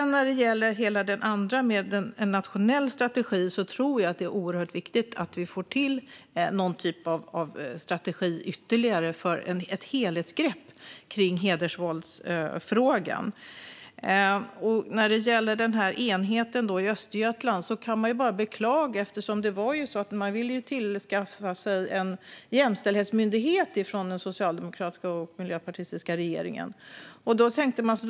När det sedan gäller det andra, en nationell strategi, tror jag att det är oerhört viktigt att vi får till en strategi som tar ett helhetsgrepp om hedersvåldsfrågan. När det gäller enheten i Östergötland kan man bara beklaga. Det var ju så att man från den socialdemokratiska och miljöpartistiska regeringens sida ville skaffa sig en jämställdhetsmyndighet.